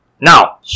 Now